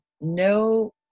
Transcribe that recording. no